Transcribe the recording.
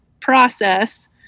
process